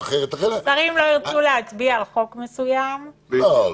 אחרת --- ששרים לא ירצו להצביע על רוב מסוים --- לא,